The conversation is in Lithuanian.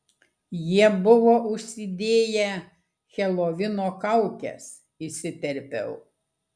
jie buvo užsidėję helovino kaukes įsiterpiau